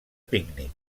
pícnic